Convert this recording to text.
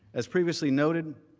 as previously noted,